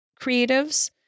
creatives